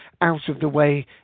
out-of-the-way